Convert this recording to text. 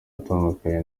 atandukanye